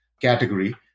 category